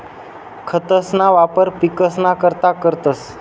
खतंसना वापर पिकसना करता करतंस